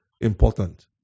important